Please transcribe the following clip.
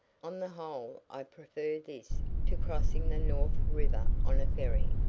on the whole i prefer this to crossing the north river on a ferry.